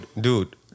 dude